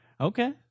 Okay